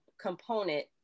component